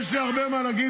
יש לי הרבה מה להגיד,